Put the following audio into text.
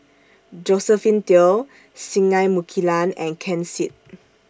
Josephine Teo Singai Mukilan and Ken Seet